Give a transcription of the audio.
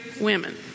women